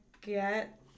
get